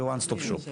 זה "one stop shop".